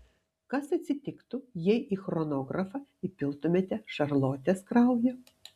kas atsitiktų jei į chronografą įpiltumėte šarlotės kraujo